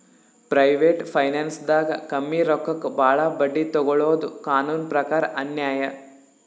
private ಫೈನಾನ್ಸ್ದಾಗ್ ಕಮ್ಮಿ ರೊಕ್ಕಕ್ ಭಾಳ್ ಬಡ್ಡಿ ತೊಗೋಳಾದು ಕಾನೂನ್ ಪ್ರಕಾರ್ ಅನ್ಯಾಯ್